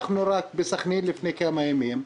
ראינו בסכנין לפני כמה ימים.